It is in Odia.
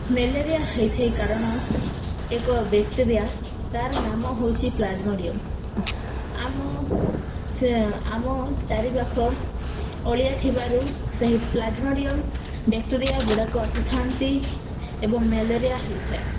ମ୍ୟାଲେରିଆ ହୋଇଥାଏ କାରଣ ଏକ ବେକ୍ଟେରିଆ ତା'ର ନାମ ହେଉଛି ପ୍ଲାଜମଡ଼ିୟମ୍ ଆମ ସେ ଆମ ଚାରିପାଖ ଅଳିଆ ଥିବାରୁ ସେହି ପ୍ଲାଜମଡ଼ିୟମ୍ ବେକ୍ଟେରିଆଗୁଡ଼ାକ ଆସିଥାନ୍ତି ଏବଂ ମ୍ୟାଲେରିଆ ହେଇଥାଏ